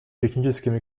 техническим